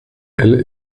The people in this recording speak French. elle